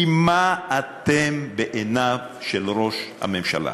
כי מה אתם בעיניו של ראש הממשלה?